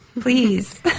Please